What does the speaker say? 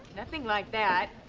nothing like that.